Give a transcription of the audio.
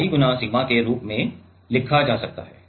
तो इसे pi 𝜋 sigma के रूप में लिखा जा सकता है